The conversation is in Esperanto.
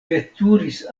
veturis